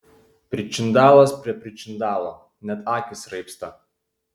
pričindalas prie pričindalo net akys raibsta